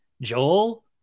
Joel